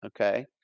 okay